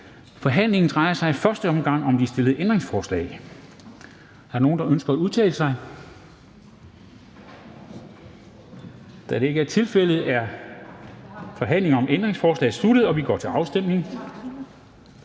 Formanden (Henrik Dam Kristensen): Der er stillet ændringsforslag. Er der nogen, der ønsker at udtale sig? Da det ikke er tilfældet, er forhandlingen sluttet, og vi går til afstemning.